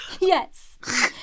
Yes